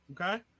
Okay